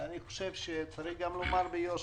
אני חושב שצריך גם לומר ביושר,